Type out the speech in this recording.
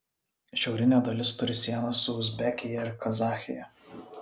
šiaurinė dalis turi sieną su uzbekija ir kazachija